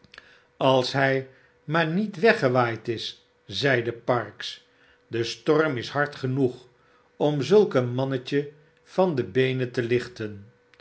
als hij maar niet weggewaaid is zeide parkes de storm is hard genoeg om zulk een mannetje van de beenen te lichten